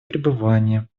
пребывания